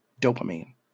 dopamine